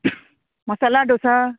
masala dosa